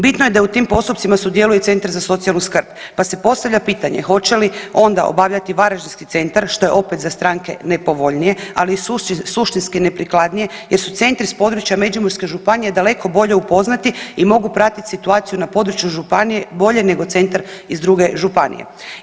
Bitno je da u tim postupcima sudjeluje centra za socijalnu skrb pa se postavlja pitanje hoće li onda obavljati varaždinski centar što je opet za stranke nepovoljnije, ali i suštinski neprikladnije jer su centri s područja Međimurske županije daleko bolje upoznati i mogu pratiti situaciju na području županije bolje nego centar iz druge županije.